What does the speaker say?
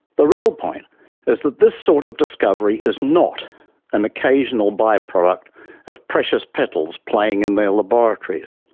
the real point is that this sort of discovery is not an occasional by-product of precious petals playing in their laboratories.